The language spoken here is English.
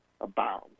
abound